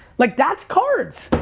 like that's cards!